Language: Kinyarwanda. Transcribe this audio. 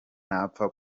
ntapfa